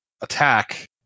attack